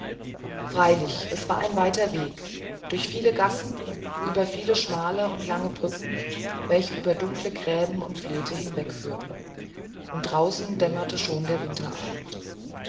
freilich es war ein weiter weg durch viele gassen über viele schmale und lange brücken welche über dunkle gräben und flethen hinwegführten und draußen dämmerte schon der winterabend